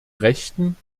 rechten